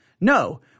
No